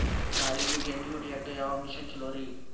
ದಾಳಿಂಬಿಗೆ ಎಣ್ಣಿ ಹೊಡಿಯಾಕ ಯಾವ ಮಿಷನ್ ಛಲೋರಿ?